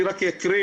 אני רק אקריא,